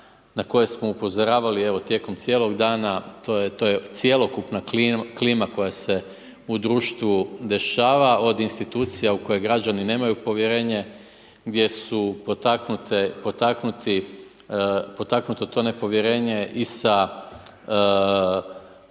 na koje smo upozoravali evo, tijekom cijelog dana, to je cjelokupna klima koja se u društvu dešava, od institucija u kojima građani nemaju povjerenje, gdje su potaknuto to nepovjerenje i sa